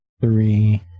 three